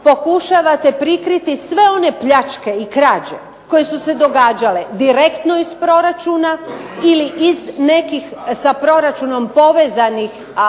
pokušavate prikriti sve one pljačke i krađe koje su se događale direktno iz proračuna, ili iz nekih sa proračunom povezanih,